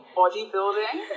bodybuilding